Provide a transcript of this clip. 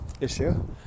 issue